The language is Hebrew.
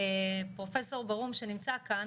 פרופסור ברהום שנמצא כאן